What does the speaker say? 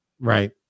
Right